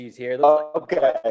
Okay